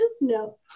No